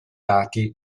lati